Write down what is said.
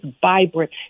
vibrant